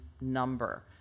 number